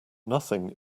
nothing